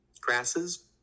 grasses